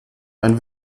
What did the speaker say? ein